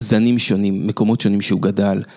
זנים שונים, מקומות שונים שהוא גדל.